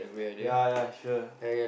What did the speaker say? ya ya sure